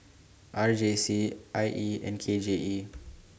R J C I E and K J E